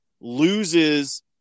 loses